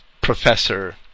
Professor